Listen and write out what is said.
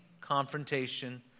confrontation